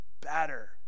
better